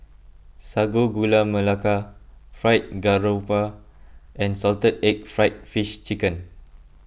Sago Gula Melaka Fried Garoupa and Salted Egg Fried Fish Skin